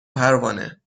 پروانه